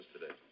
today